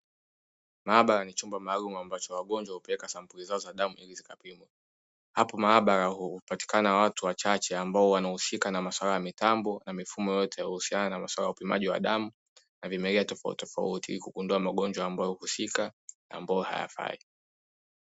Maabara ni chumba maalumu ambacho wagonjwa hupeleka sampuli zao za damu ili zikapimwe. Hapo maabara hupatikana watu wachache ambao wanahusika na masuala ya mitambo na mifumo yote yanayohusiana na upimaji wa damu na vimelea tofautitofauti ili kugundua magonjwa yanayohusika na ambayo hayafai.